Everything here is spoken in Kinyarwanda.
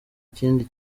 kindi